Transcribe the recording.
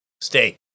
Stay